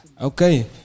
Okay